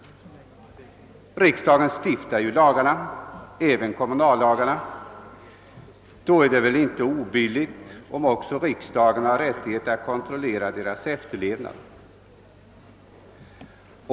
Riksdagen stiftar ju lagarna — även kommunallagarna — och då är det väl inte obilligt om också riksdagen har rättighet att kontrollera deras efterlevnad.